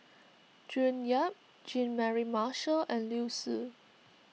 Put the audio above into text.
June Yap Jean Mary Marshall and Liu Si